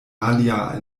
alia